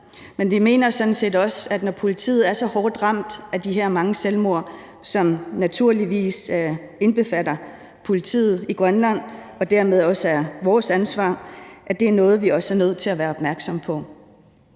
men vi mener sådan set også, at når politiet er så hårdt ramt af de her mange selvmord, som naturligvis indbefatter politiet i Grønland og dermed også er vores ansvar, er det noget, som vi også er nødt til at være opmærksomme på.